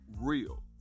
real